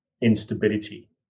instability